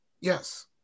Yes